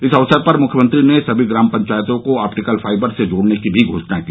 इस अवसर पर मुख्यमंत्री ने सभी ग्राम पंचायतों को आप्टिकल फाइबर से जोड़ने की भी घोषणा की